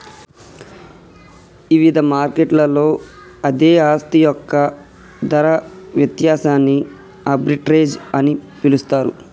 ఇవిధ మార్కెట్లలో అదే ఆస్తి యొక్క ధర వ్యత్యాసాన్ని ఆర్బిట్రేజ్ అని పిలుస్తరు